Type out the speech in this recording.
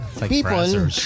people